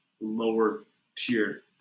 lower-tier